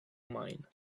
mine